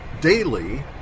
daily